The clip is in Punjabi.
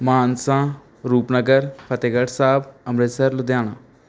ਮਾਨਸਾ ਰੂਪਨਗਰ ਫਤਿਹਗੜ੍ਹ ਸਾਹਿਬ ਅੰਮ੍ਰਿਤਸਰ ਲੁਧਿਆਣਾ